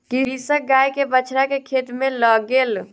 कृषक गाय के बछड़ा के खेत में लअ गेल